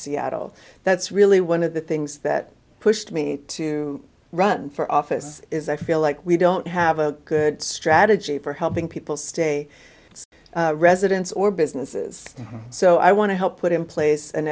seattle that's really one of the things that pushed me to run for office is i feel like we don't have a good strategy for helping people stay residents or businesses so i want to help put in place an